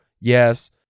yes